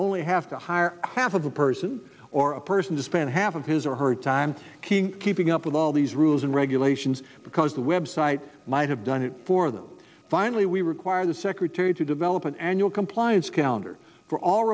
only have to hire half of a person or a person to spend half of his or her time keeping keeping up with all these rules and regulations because the website might have done it for them finally we require the secretary to develop an annual compliance calendar for all